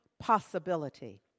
possibility